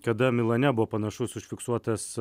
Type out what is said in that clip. kada milane buvo panašus užfiksuotas